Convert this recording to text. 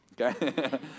okay